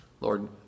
Lord